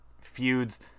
feuds